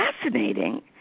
fascinating